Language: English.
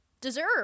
deserve